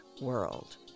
world